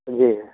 जी